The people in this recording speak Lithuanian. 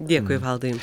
dėkui valdai